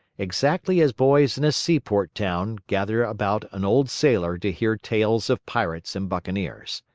exactly as boys in a seaport town gather about an old sailor to hear tales of pirates and buccaneers.